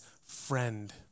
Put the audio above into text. friend